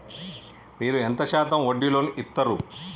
మీరు ఎంత శాతం వడ్డీ లోన్ ఇత్తరు?